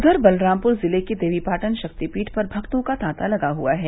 उधर बलरामपुर ज़िले के देवीपाटन शक्तिपीठ पर भक्तों का तांता लगा हुआ है